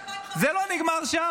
נכון, עוד 2,500 --- זה לא נגמר שם.